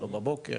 לא בבוקר,